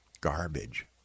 garbage